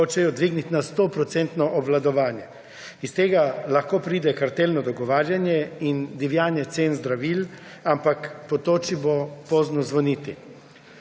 hočejo dvigniti na 100-procentno obvladovanje. Iz tega lahko pride kartelno dogovarjanje in divjanje cen zdravil, ampak po toči bo pozno zvoniti.